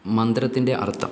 മന്ത്രത്തിൻ്റെ അർത്ഥം